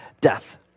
death